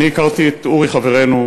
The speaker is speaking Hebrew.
אני הכרתי את אורי חברנו,